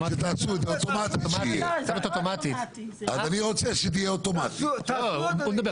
אז אני רוצה שזה יהיה אוטומטי.